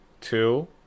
Two